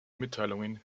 mitteilungen